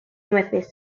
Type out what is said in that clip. nueces